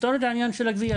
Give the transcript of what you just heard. תפתור את העניין של הגבייה,